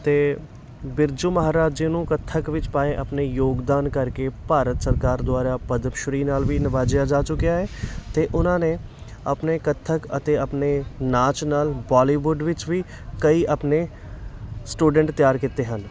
ਅਤੇ ਬਿਰਜੂ ਮਹਾਰਾਜ ਜੀ ਨੂੰ ਕਥਕ ਵਿੱਚ ਪਾਏ ਆਪਣੇ ਯੋਗਦਾਨ ਕਰਕੇ ਭਾਰਤ ਸਰਕਾਰ ਦੁਆਰਾ ਪਦਮਸ਼੍ਰੀ ਨਾਲ ਵੀ ਨਿਵਾਜਿਆ ਜਾ ਚੁੱਕਿਆ ਹੈ ਅਤੇ ਉਹਨਾਂ ਨੇ ਆਪਣੇ ਕਥਕ ਅਤੇ ਆਪਣੇ ਨਾਚ ਨਾਲ ਬਾਲੀਵੁੱਡ ਵਿੱਚ ਵੀ ਕਈ ਆਪਣੇ ਸਟੂਡੈਂਟ ਤਿਆਰ ਕੀਤੇ ਹਨ